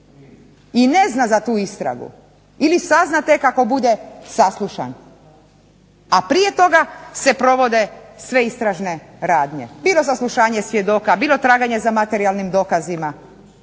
i ne zna za tu istragu ili sazna tek kada bude saslušan, a prije toga se provode sve istražne radnje. bilo saslušanje svjedoka, bilo traganje za materijalnim dokazima